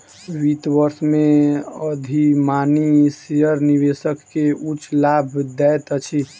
वित्त वर्ष में अधिमानी शेयर निवेशक के उच्च लाभ दैत अछि